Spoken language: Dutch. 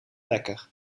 lekker